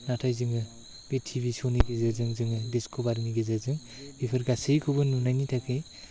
नाथाय जोङो बे टिभि श'नि गेजेरजों जोङो डिस्कवारीनि गेजेरजों बेफोर गासैखौबो नुनायनि थाखाय